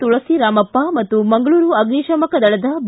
ತುಳಿಸಿರಾಮಪ್ಪ ಮತ್ತು ಮಂಗಳೂರು ಅಗ್ವಿಶಾಮಕ ದಳದ ಬಿ